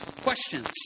questions